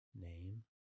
name